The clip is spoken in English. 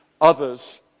Others